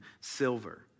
silver